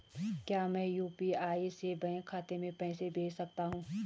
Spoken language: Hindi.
क्या मैं यु.पी.आई से बैंक खाते में पैसे भेज सकता हूँ?